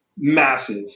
Massive